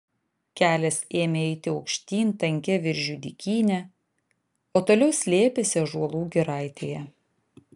kelias ėmė eiti aukštyn tankia viržių dykyne o toliau slėpėsi ąžuolų giraitėje